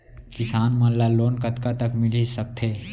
किसान मन ला लोन कतका तक मिलिस सकथे?